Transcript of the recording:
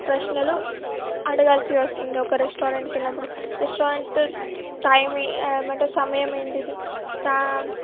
ప్రశ్నలు అడగాల్సి వస్తుంది ఒక రెస్టారెంట్కి వెళ్ళినప్పుడు రెస్టారెంట్ టైమ్ ఏమంటే సమయం ఏంటిది స్టా